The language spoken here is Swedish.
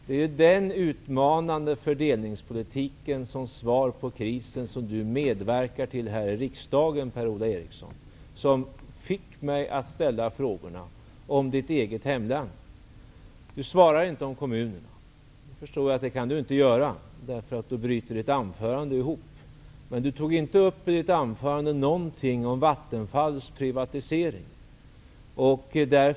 Det är den utmanande fördelningspolitiken, som svar på krisen, som Per-Ola Eriksson medverkar till här i riksdagen, som fick mig att ställa frågorna om Per-Ola Erikssons eget hemlän. Per-Ola Eriksson svarar inte på min fråga om kommunerna. Jag förstår att han inte kan göra det, för då bryter hans anförande ihop. Per-Ola Eriksson tog inte upp Vattenfalls privatisering i sitt anförande.